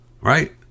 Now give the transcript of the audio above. right